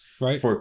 Right